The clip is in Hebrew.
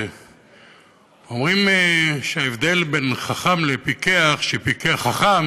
אומרים שההבדל בין חכם לפיקח הוא שחכם